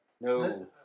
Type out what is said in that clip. No